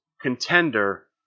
contender